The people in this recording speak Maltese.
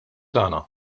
tagħna